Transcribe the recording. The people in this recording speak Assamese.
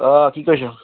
অঁ কি কৰিছ